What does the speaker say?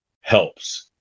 helps